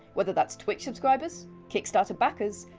whether that's twitch subscribers, kickstarter backers,